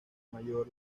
mayor